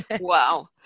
Wow